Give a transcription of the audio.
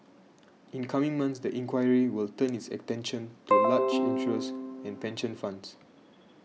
in coming months the inquiry will turn its attention to large insurers and pension funds